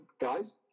guys